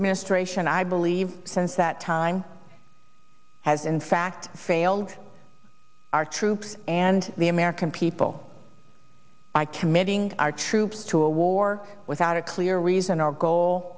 administration i believe since that time has in fact failed our troops and the american people by committing our troops to a war without a clear reason or goal